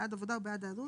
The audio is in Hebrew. בעד עבודה או בעד היעדרות,